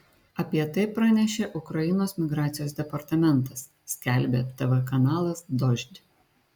apie tai pranešė ukrainos migracijos departamentas skelbia tv kanalas dožd